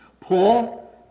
Paul